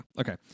Okay